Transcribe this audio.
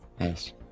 Yes